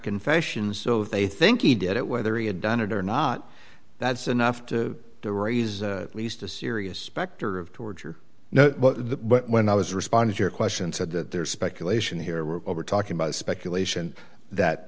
confessions so they think he did it whether he had done it or not that's enough to raise least a serious specter of torture no but when i was respond to your question said that there's speculation here we're talking about speculation that